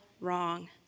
wrong